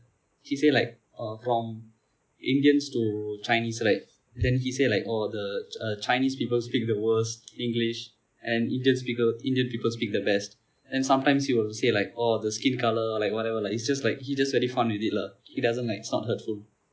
he say like uh from indians to chinese right then he say like oh the uh chinese people speak the worst english and indians speaker indian people speak the best and sometimes he will say like oh the skin color like whatever lah it's just like he just very funny with it lah he doesn't like it's not hurtful